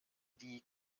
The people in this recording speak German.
die